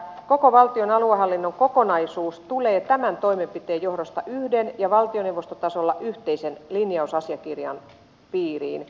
koko valtion aluehallinnon kokonaisuus tulee tämän toimenpiteen johdosta yhden ja valtioneuvostotasolla yhteisen linjausasiakirjan piiriin